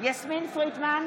יסמין פרידמן,